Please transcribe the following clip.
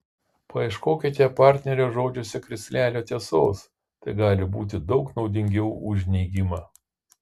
paieškokite partnerio žodžiuose krislelio tiesos tai gali būti daug naudingiau už neigimą